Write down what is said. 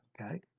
okay